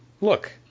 look –